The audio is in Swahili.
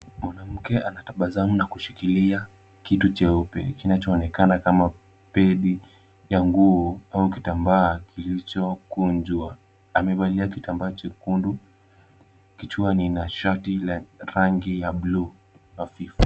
Mwanamke anatabasamu na kushikilia kitu cheupe kinachoonekana kama pedi ya nguo au kitambaa kilichokunjwa. Amevalia kitambaa chekundu kichwani na shati la rangi ya bluu hafifu.